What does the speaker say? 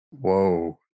Whoa